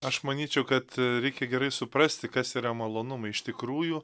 aš manyčiau kad a reikia gerai suprasti kas yra malonumai iš tikrųjų